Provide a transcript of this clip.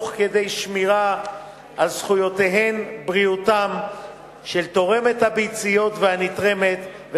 תוך שמירה על זכויותיהן ובריאותן של תורמת הביציות והנתרמת,